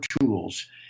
tools